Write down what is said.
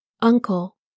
uncle